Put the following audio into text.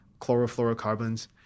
chlorofluorocarbons